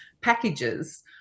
packages